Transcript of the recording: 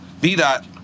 B.Dot